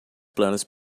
planos